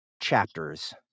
chapters